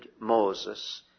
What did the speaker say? Moses